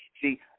See